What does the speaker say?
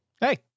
Hey